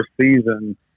season